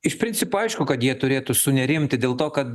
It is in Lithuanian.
iš principo aišku kad jie turėtų sunerimti dėl to kad